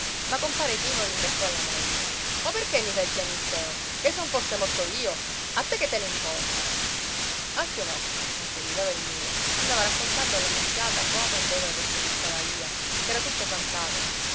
ma compare tino rimbeccò alla moglie o perché mi fai il piagnisteo che son forse morto io a te che te ne importa alfio mosca mentre guidava il mulo andava raccontando alla nunziata come e dove avesse vista la lia ch'era tutta